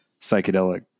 psychedelic